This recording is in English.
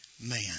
man